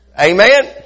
Amen